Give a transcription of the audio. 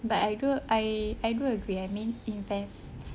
but I do I I do agree I mean invest